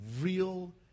real